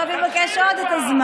מה הם הבטיחו בשביל שייקחו אותם,